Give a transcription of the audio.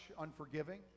unforgiving